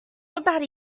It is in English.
about